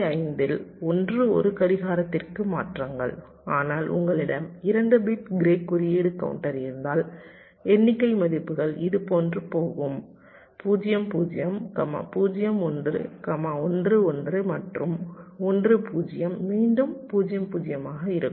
5 இல் ஒன்று ஒரு கடிகாரத்திற்கு மாற்றங்கள் ஆனால் உங்களிடம் 2 பிட் க்ரே குறியீடு கவுண்டர் இருந்தால் எண்ணிக்கை மதிப்புகள் இதுபோன்று போகும் 0 0 0 1 1 1 மற்றும் 1 0 மீண்டும் 0 0 ஆக இருக்கும்